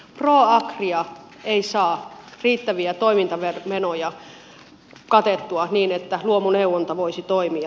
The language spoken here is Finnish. proagria ei saa riittäviä toimintamenoja katettua niin että luomuneuvonta voisi toimia